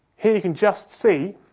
here you can just see